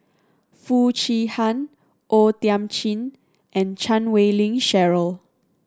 Foo Chee Han O Thiam Chin and Chan Wei Ling Cheryl